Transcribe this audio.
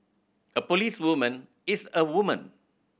a policewoman is a woman